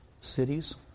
cities